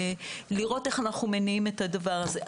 לראות איך אנחנו מניעים את הדבר הזה.